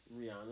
Rihanna